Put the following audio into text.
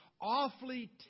awfully